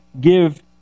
give